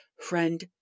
Friend